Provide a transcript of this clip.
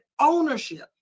ownership